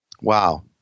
Wow